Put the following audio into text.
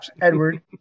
Edward